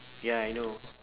ya I know